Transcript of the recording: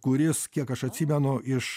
kuris kiek aš atsimenu iš